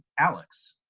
alex.